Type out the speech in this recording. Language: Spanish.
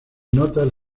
notas